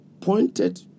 pointed